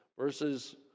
Verses